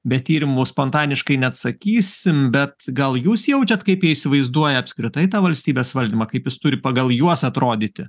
be tyrimų spontaniškai neatsakysim bet gal jūs jaučiat kaip jie įsivaizduoja apskritai tą valstybės valdymą kaip jis turi pagal juos atrodyti